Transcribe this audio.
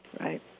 Right